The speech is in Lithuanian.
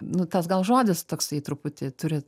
nu tas gal žodis toksai truputį turi